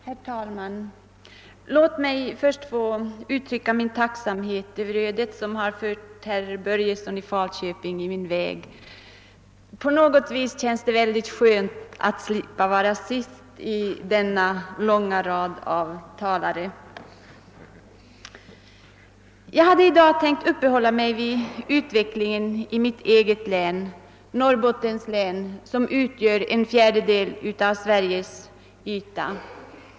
Herr talman! Låt mig få uttrycka min tacksamhet över det öde som har fört herr Börjesson i Falköping i min väg. Det känns på något vis skönt att slippa vara den sista i denna långa rad av talare. Jag hade tänkt att i dag uppehålla mig vid utvecklingen i mitt eget län, Norrbottens län, som utgör en fjärdedel av Sveriges yta.